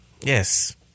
yes